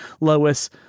Lois